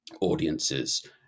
audiences